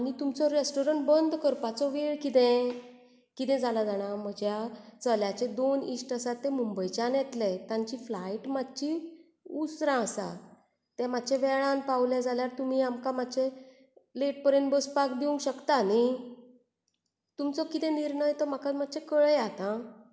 तुमचो रेस्टॉरेंट बंद करपाचो वेळ कितें कितें जाला जाणां म्हज्या चल्याचे दोन इश्ट आसात ते मुंबयच्या येतले तांची फ्लायट मातशी उसरां आसा ते मातशे वेळान पावले जाल्यार तुमी आमकां मातशे लेट पर्यंत बसपाक दिवंक शकतात नी तुमचो कितें निर्णय तो म्हाका मातशें कळयात आं